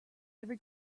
every